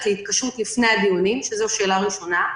להתקשרות לפני הדיונים וזו השאלה הראשונה.